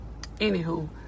anywho